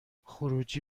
خروجی